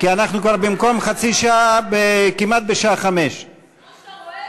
כי אנחנו כבר במקום 16:30 כמעט בשעה 17:00. כמו שאתה רואה,